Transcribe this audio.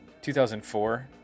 2004